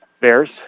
Bears